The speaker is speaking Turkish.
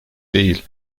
değil